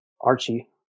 Archie